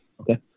Okay